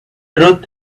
truth